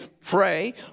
pray